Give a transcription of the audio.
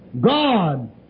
God